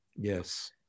Yes